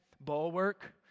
bulwark